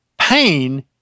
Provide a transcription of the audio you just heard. Pain